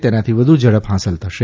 તેનાથી વધુ ઝડપ હાંસલ થશે